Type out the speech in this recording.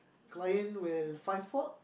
client will find fault